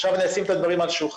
עכשיו אני אשים את הדברים על השולחן.